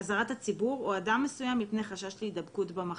הציבור או אדם מסוים מפני חשש להידבקות במחלה.